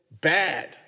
bad